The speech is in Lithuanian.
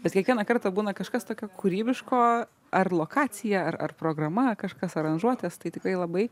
bet kiekvieną kartą būna kažkas tokio kūrybiško ar lokacija ar ar programa kažkas aranžuotės tai tikrai labai